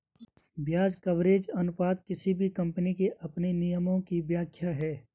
ब्याज कवरेज अनुपात किसी भी कम्पनी के अपने नियमों की व्याख्या है